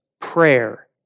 prayer